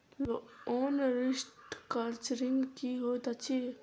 Loan restructuring की होइत अछि?